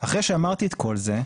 אחרי שאמרתי את כל זה.